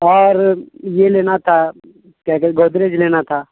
اور یہ لینا تھا کیا کہتے گودریج لینا تھا